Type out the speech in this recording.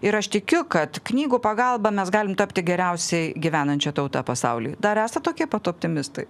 ir aš tikiu kad knygų pagalba mes galim tapti geriausiai gyvenančia tauta pasaulyje dar esat tokie pat optimistai